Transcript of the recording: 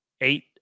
Eight